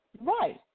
Right